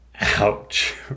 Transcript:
Ouch